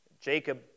Jacob